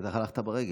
בטח הלכת ברגל.